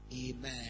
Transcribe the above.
Amen